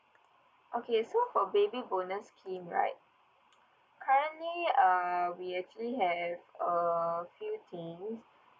okay so for baby bonus scheme right currently uh we actually have uh few things